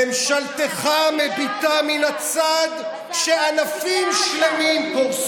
ממשלתך מביטה מן הצד כשענפים שלמים קורסים.